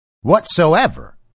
whatsoever